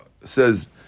says